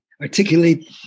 articulate